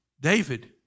David